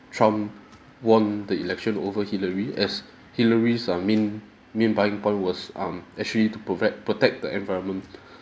trump won the election over hillary as hillary's um main main buying point was um actually to provide protect the environment